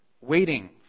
waiting